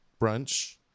brunch